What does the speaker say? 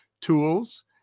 tools